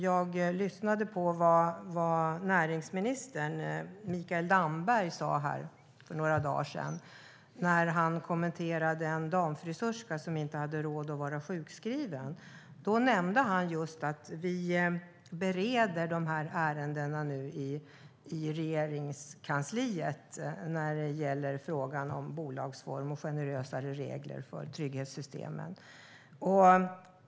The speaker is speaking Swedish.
Jag lyssnade på vad näringsminister Mikael Damberg sa här för några dagar sedan. Han kommenterade att en damfrisörska inte hade råd att vara sjukskriven och nämnde att man nu bereder ärenden i Regeringskansliet gällande bolagsformer och generösare regler för trygghetssystemen.